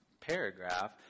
paragraph